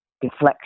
deflection